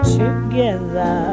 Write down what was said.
together